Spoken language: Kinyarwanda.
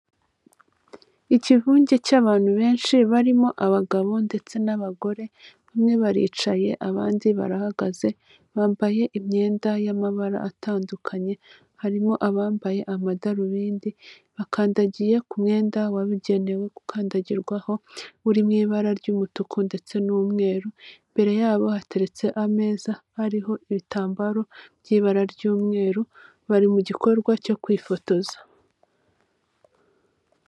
Ikivunge cy'abantu benshi barimo abagabo ndetse n'abagore bamwe baricaye abandi barahagaze bambaye imyenda y'amabara atandukanye, harimo abambaye amadarubindi bakandagiye ku mwenda wabugenewe gukandagirwaho uri mu ibara ry'umutuku ndetse n'umweru, imbere yabo hateretse ameza hariho ibitambaro by'ibara ry'umweru bari mu gikorwa cyo kwifotoza.